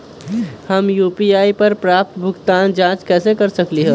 हम यू.पी.आई पर प्राप्त भुगतान के जाँच कैसे कर सकली ह?